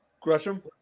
Gresham